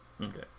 Okay